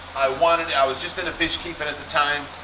i wanted it, i was just into fishkeeping at the time.